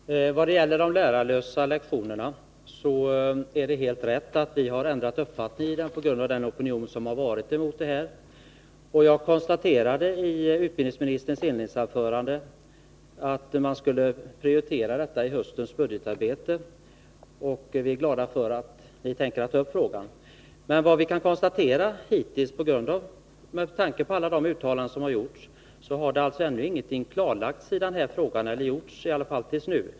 Herr talman! Vad gäller de lärarlösa lektionerna är det helt riktigt att vi har ändrat uppfattning, på grund av den opinion mot dem som förekommit. Jag konstaterade att utbildningsministern i sitt inledningsanförande sade att man skulle prioritera denna fråga i höstens budgetarbete, och vi är glada att ni tänker ta upp den. Men vad vi hittills kan konstatera, med tanke på alla uttalanden som har gjorts, är att ingenting ännu har klarlagts eller gjorts i denna fråga, i alla fall fram till nu.